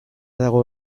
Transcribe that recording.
dago